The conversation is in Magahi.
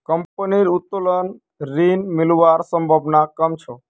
कंपनीर उत्तोलन ऋण मिलवार संभावना कम छ